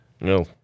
No